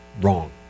wrong